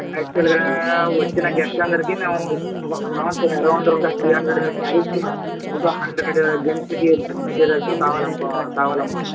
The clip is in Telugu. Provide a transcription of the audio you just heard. ఆక్చుల్ గా వచ్చిన గెస్ట్లు అందరికి మేము అనుకుంటున్నాం ఎరౌండ్ గా ఒక త్రీ హండ్రెడ్ సారీస్ ఒక హండ్రెడ్ జెంట్స్ కి డ్రెస్ మెటీరియల్స్ కావాలనుకో కావాలమ్మా